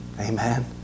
Amen